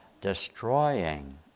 destroying